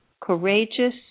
courageous